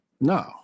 No